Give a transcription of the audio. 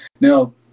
Now